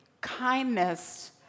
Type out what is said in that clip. kindness